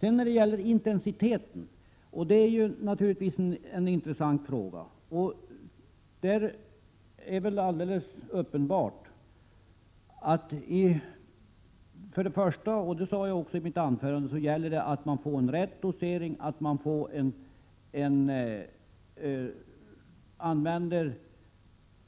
Detta med intensiteten är naturligtvis en intressant fråga. Det är väl alldeles uppenbart — det sade jag också i mitt huvudanförande — att det gäller att få en rätt dosering, att använda